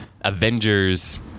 Avengers